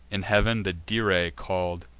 in heav'n the dirae call'd,